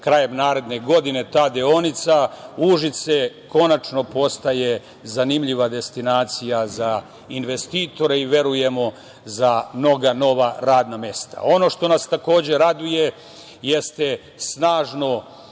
krajem naredne godine ta deonica. Užice konačno postaje zanimljiva destinacija za investitore i verujemo za mnoga nova radna mesta. Ono što nas takođe raduje jeste snažno